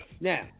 Now